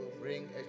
bring